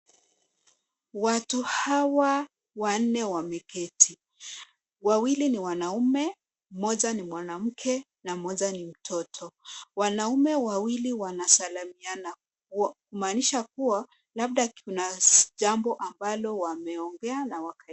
Watu hawa wanne wameketi. Wawili ni wanaume, moja ni mwanamke na mmoja ni mtoto. Wanaume wawili wanasalimiana kumaanisha kuwa labda kuna jambo ambalo ameongea na wakaelewana.